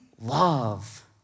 love